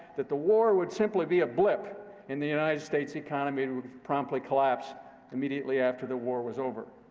that the war would simply be a blip in the united states economy, and would promptly collapse immediately after the war was over.